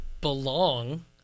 belong